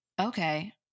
okay